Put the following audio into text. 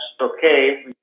okay